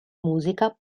musica